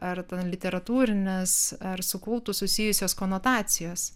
ar literatūrinės ar su kultu susijusios konotacijos